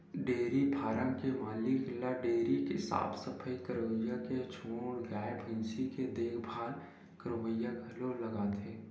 dairy farm के मालिक ल डेयरी के साफ सफई करइया के छोड़ गाय भइसी के देखभाल करइया घलो लागथे